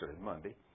Monday